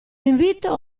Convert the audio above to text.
invito